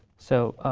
so,